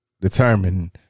determine